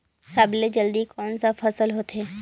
सबले जल्दी कोन सा फसल ह होथे?